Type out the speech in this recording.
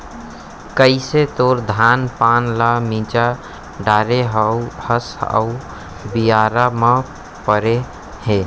कइसे तोर धान पान ल मिंजा डारे हस अउ बियारा म परे हे